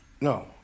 No